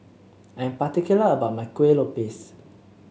I'm particular about my Kueh Lopes